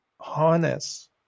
harness